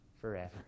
forever